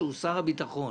שהוא שר הביטחון,